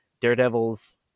daredevils